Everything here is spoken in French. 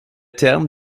terme